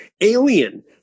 alien